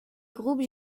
groupes